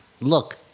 look